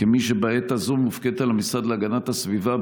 כמי שבעת הזאת מופקדת על המשרד להגנת הסביבה,